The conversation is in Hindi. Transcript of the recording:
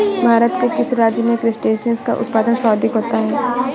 भारत के किस राज्य में क्रस्टेशियंस का उत्पादन सर्वाधिक होता है?